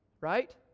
Right